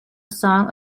song